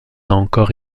encore